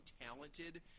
talented